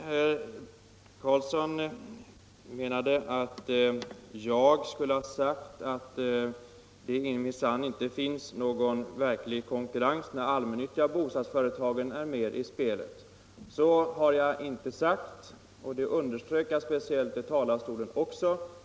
Bostadsministern hävdade att jag skulle ha sagt att det inte finns någon verklig konkurrens när de allmänna bostadsföretagen är med i spelet. Det har jag inte sagt, och jag underströk speciellt från talarstolen att jag inte har denna uppfattning.